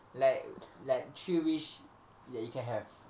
like like three wish that you can have